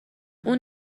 اون